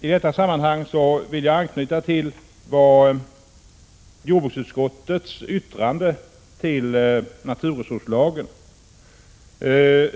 I detta sammanhang vill jag anknyta till jordbruksutskottets yttrande över naturresurslagen.